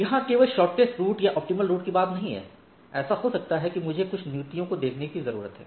यहां केवल shortest route या ऑप्टीमल रूट की बात नहीं है ऐसा हो सकता है कि मुझे कुछ नीतियों को देखने की जरूरत है